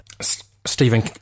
Stephen